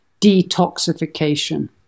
detoxification